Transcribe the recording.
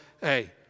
hey